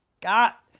got